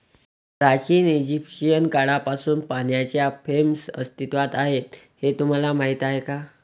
प्राचीन इजिप्शियन काळापासून पाण्याच्या फ्रेम्स अस्तित्वात आहेत हे तुम्हाला माहीत आहे का?